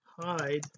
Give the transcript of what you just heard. hide